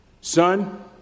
Son